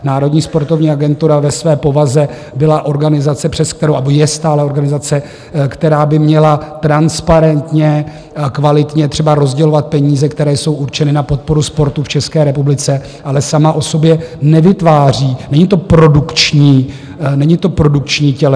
Národní sportovní agentura ve své povaze byla organizace a je stále organizace, která by měla transparentně a kvalitně třeba rozdělovat peníze, které jsou určeny na podporu sportu v České republice, ale sama o sobě nevytváří, není to produkční těleso.